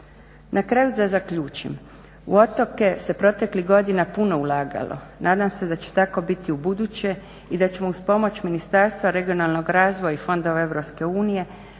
Na kraju da zaključim. U otoke se proteklih godina puno ulagalo, nadam se da će tako biti ubuduće i da ćemo uz pomoć ministarstva regionalnog razvoja i fondova EU